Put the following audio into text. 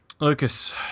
Lucas